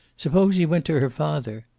suppose he went to her father?